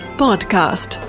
podcast